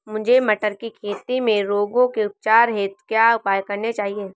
मुझे मटर की खेती में रोगों के उपचार हेतु क्या उपाय करने चाहिए?